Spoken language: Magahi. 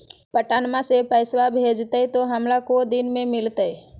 पटनमा से पैसबा भेजते तो हमारा को दिन मे मिलते?